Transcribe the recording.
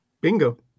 bingo